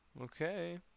Okay